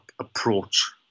approach